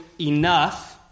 enough